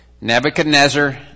Nebuchadnezzar